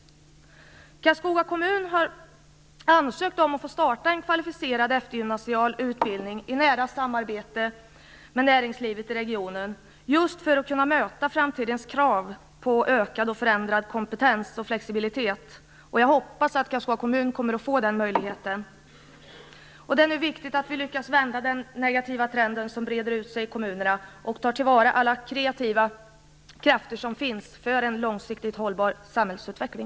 Karlskoga kommun har ansökt om att få starta en kvalificerad eftergymnasial utbildning i nära samarbete med näringslivet i regionen just för att kunna möta framtidens krav på ökad och förändrad kompetens och flexibilitet. Jag hoppas att Karlskoga kommun får den möjligheten. Det är nu viktigt att vi lyckas vända den negativa trend som breder ut sig i kommunerna och att vi tar till vara alla kreativa krafter som finns för att få en långsiktigt hållbar samhällsutveckling.